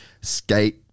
skate